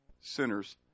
sinners